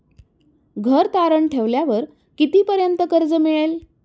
घर तारण ठेवल्यावर कितीपर्यंत कर्ज मिळेल?